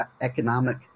economic